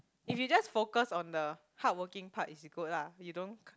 if you just focus on the hardworking part it's good lah you don't